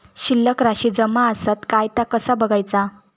शिल्लक राशी जमा आसत काय ता कसा बगायचा?